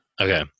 Okay